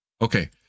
Okay